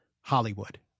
Hollywood